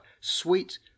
sweet